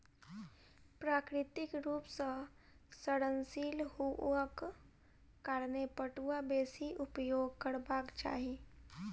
प्राकृतिक रूप सॅ सड़नशील हुअक कारणें पटुआ बेसी उपयोग करबाक चाही